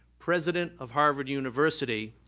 president of harvard university,